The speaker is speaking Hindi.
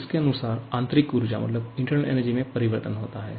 इसके अनुसार आंतरिक ऊर्जा में परिवर्तन होता है